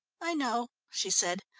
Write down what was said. i know, she said.